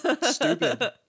stupid